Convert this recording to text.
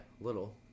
little